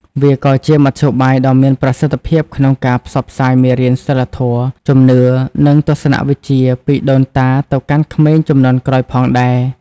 វាក៏ជាមធ្យោបាយដ៏មានប្រសិទ្ធភាពក្នុងការផ្សព្វផ្សាយមេរៀនសីលធម៌ ជំនឿ និងទស្សនវិជ្ជាពីដូនតាទៅកាន់ក្មេងជំនាន់ក្រោយផងដែរ ។